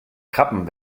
krabben